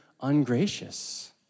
ungracious